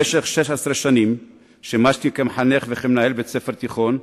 במשך 16 שנה שימשתי כמחנך וכמנהל בית-ספר תיכון,